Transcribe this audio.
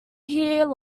here